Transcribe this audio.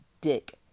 dick